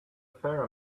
fair